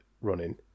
running